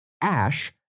ash